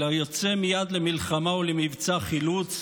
אלא יוצא מייד למלחמה ולמבצע חילוץ,